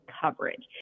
coverage